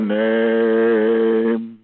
name